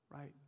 Right